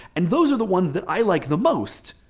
and those are the ones that i like the most.